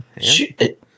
Shoot